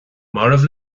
marbh